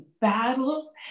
battle